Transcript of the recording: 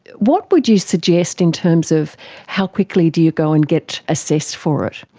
what would you suggest in terms of how quickly do you go and get assessed for it?